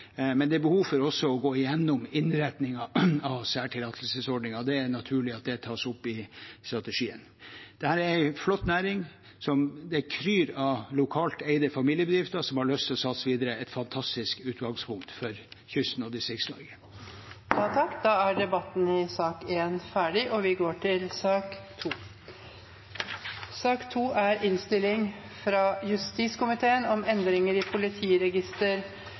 Men det er behov for å gå gjennom innretningen av særtillatelsesordningen. Det er naturlig at det tas opp i strategien. Det er en flott næring, hvor det kryr av lokalt eide familiebedrifter som har lyst til å satse videre – et fantastisk utgangspunkt for kysten og Distrikts-Norge. Etter ønske fra justiskomiteen vil presidenten ordne debatten slik: 3 minutter til hver partigruppe og 3 minutter til